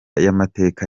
y’amateka